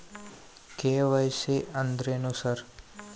KYC ಅಂದ್ರೇನು sir?